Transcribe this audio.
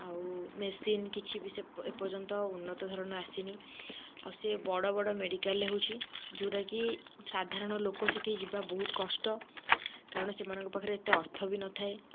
ଆଉ ମେସିନ୍ କିଛି ବି ସେପ ଏପର୍ଯ୍ୟନ୍ତ ଉନ୍ନତ ଧରଣର ଆସିନି ଆଉ ସେ ବଡ଼ ବଡ଼ ମେଡ଼ିକାଲ୍ରେ ହେଉଛି ଯେଉଁଟାକି ସାଧାରଣ ଲୋକ ସେଠି ଯିବା ବହୁତ କଷ୍ଟ କାରଣ ସେମାନଙ୍କ ପାଖରେ ଏତେ ଅର୍ଥ ବି ନଥାଏ